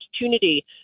opportunity